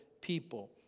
people